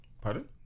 pardon